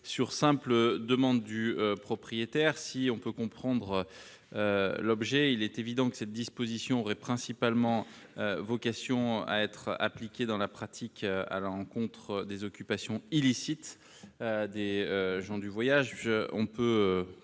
sur simple demande du propriétaire, si on peut comprendre l'objet, il est évident que cette disposition aurait principalement vocation à être appliqué dans la pratique à l'encontre des occupations illicites des gens du voyage,